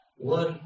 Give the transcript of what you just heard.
one